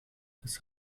das